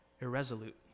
irresolute